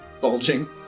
bulging